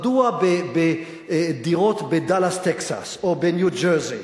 מדוע דירות בדאלאס, טקסס, או בניו-ג'רזי,